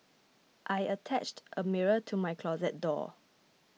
I attached a mirror to my closet door